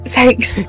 Thanks